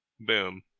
boom